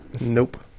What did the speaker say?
nope